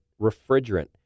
refrigerant